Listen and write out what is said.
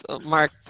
Mark